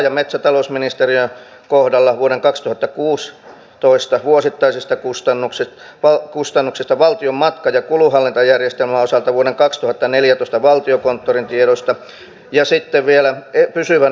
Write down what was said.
ja sen takia minusta kansallisen moraalin kannalta on erittäin tärkeätä että nämä poliisin määrärahat olisivat riittävät ja nyt niin ei käy